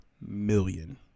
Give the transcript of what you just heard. million